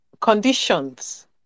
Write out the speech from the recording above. conditions